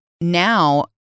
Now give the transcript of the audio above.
now